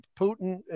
Putin